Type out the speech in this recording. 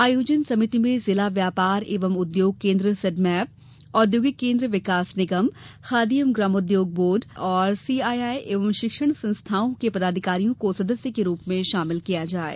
आयोजन समिति में जिला व्यापार एवं उद्योग केन्द्र सेडमेप औद्योगिक केन्द्र विकास निगम खादी एवं ग्रामोद्योग बोर्ड जिला रोजगार कार्यालय और सीआईआई एवं शिक्षण संस्थाओं के पदाधिकारियों को सदस्य के रूप में शामिल किया जाये